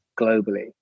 globally